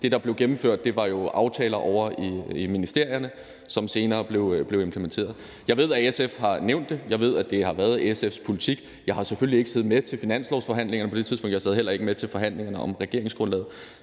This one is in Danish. Det, der blev gennemført, var jo aftaler lavet ovre i ministerierne, som senere blev implementeret. Jeg ved, at SF har nævnt det. Jeg ved, at det har været SF's politik. Jeg har selvfølgelig ikke siddet med til finanslovsforhandlingerne på det tidspunkt. Jeg sad heller ikke med til forhandlingerne om regeringsgrundlaget.